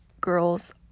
girls